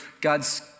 God's